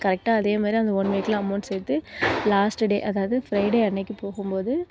கரெக்டாக அதேமாதிரி அந்த ஒன் வீக்ல அமௌண்ட் சேர்த்து லாஸ்ட் டே அதாவது ஃப்ரைடே அன்னைக்கி போகும்போது